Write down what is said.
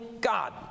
God